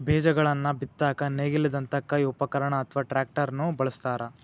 ಬೇಜಗಳನ್ನ ಬಿತ್ತಾಕ ನೇಗಿಲದಂತ ಕೈ ಉಪಕರಣ ಅತ್ವಾ ಟ್ರ್ಯಾಕ್ಟರ್ ನು ಬಳಸ್ತಾರ